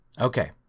Okay